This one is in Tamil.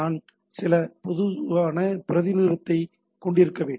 நான் சில பொதுவான பிரதிநிதித்துவத்தைக் கொண்டிருக்க வேண்டும்